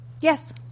Yes